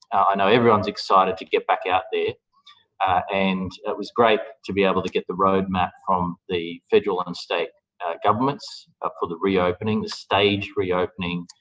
i know everyone is excited to get back out there and it was great to be able to get the roadmap from the federal and state governments for the reopening, the staged reopening,